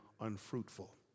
unfruitful